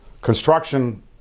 Construction